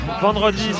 vendredi